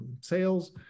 sales